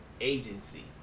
agency